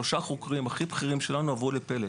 שלושה החוקרים הכי בכירים שלנו עברו לפלס,